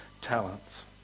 talents